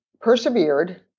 persevered